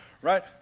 Right